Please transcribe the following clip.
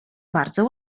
bardzo